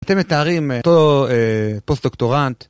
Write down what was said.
אתם מתארים אותו פוסט-דוקטורנט